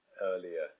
earlier